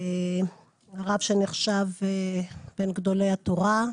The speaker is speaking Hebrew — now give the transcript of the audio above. הרב שנחשב בין גדולי התורה,